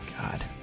God